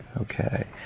Okay